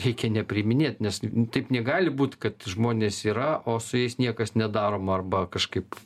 reikia nepriiminėt nes taip negali būt kad žmonės yra o su jais niekas nedaroma arba kažkaip